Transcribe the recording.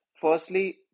firstly